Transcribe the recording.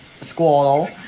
Squall